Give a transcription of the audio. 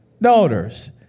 daughters